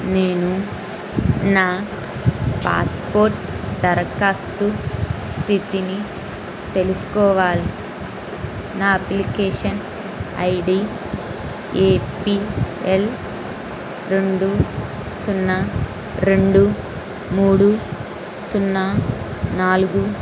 నేను నా పాస్పోర్ట్ దరఖాస్తు స్థితిని తెలుసుకోవాల్ నా application ID A P L రెండు సున్నా రెండు మూడు సున్నా నాలుగు